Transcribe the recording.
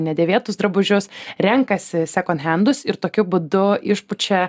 nedėvėtus drabužius renkasi sekon hendus ir tokiu būdu išpučia